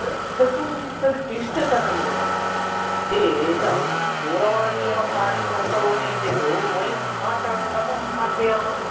तत्तु तद् क्लिष्टतरमेव एषां दूरवाणी एव कार्यं न करोति चेत् वयं पाठान् कथं पाठयामः